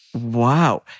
wow